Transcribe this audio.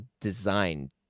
design